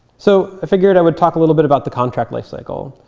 so i figured i would talk a little bit about the contract life cycle.